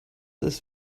its